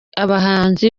abahanzi